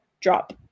drop